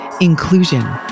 Inclusion